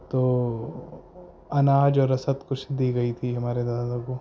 تو اناج اور رسد کچھ دی گئی تھی ہمارے دادا کو